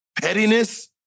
pettiness